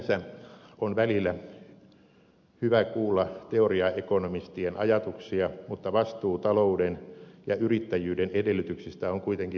sinänsä on välillä hyvä kuulla teoriaekonomistien ajatuksia mutta vastuu talouden ja yrittäjyyden edellytyksistä on kuitenkin poliittisilla päättäjillä